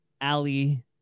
Ali